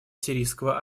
сирийского